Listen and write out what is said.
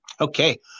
okay